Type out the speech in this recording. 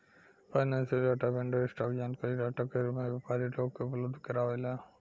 financial data vendor, stock जानकारी data के रूप में व्यापारी लोग के उपलब्ध कारावेला